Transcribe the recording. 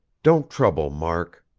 don't trouble, mark.